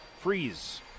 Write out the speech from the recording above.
freeze